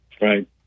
Right